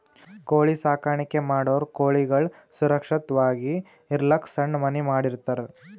ಕೋಳಿ ಸಾಕಾಣಿಕೆ ಮಾಡೋರ್ ಕೋಳಿಗಳ್ ಸುರಕ್ಷತ್ವಾಗಿ ಇರಲಕ್ಕ್ ಸಣ್ಣ್ ಮನಿ ಮಾಡಿರ್ತರ್